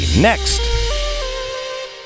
next